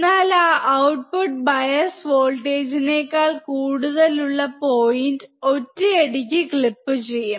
എന്നാൽ ആ output bias വോൾട്ടേജിനേക്കാൾ കൂടുതലുള്ള പോയിന്റ് ൽ ഒറ്റയടിക്ക് ക്ലിപ്പ് ചെയ്യും